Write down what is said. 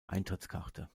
eintrittskarte